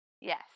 yes